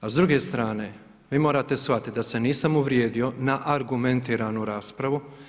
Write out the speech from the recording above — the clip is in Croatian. A s druge strane, vi morate shvatiti da se nisam uvrijedio na argumentiranu raspravu.